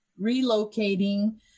relocating